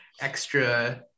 extra